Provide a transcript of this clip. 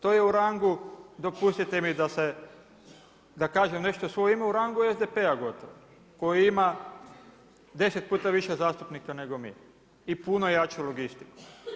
To je u rangu dopustite mi da kažem nešto u svoje ime u rangu SDP-a gotovo, koji ima 10 puta više zastupnika nego mi i puno jaču logistiku.